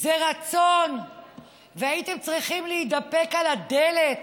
זה רצון, והייתם צריכים להתדפק על הדלת